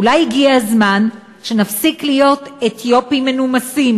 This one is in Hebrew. אולי הגיע הזמן שנפסיק להיות אתיופים מנומסים,